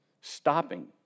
stopping